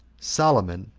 solomon,